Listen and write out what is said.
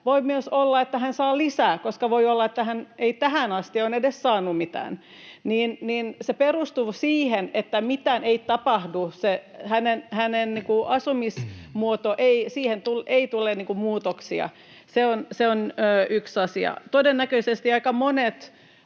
Voi myös olla, että hän saa lisää, koska voi olla, että hän ei tähän asti ole edes saanut mitään. Se perustuu siihen, että mitään ei tapahdu, siihen hänen asumismuotoonsa ei tule muutoksia. Se on yksi asia. Todennäköisesti aika monet